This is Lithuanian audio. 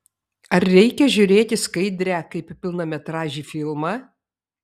ar reikia žiūrėti skaidrę kaip pilnametražį filmą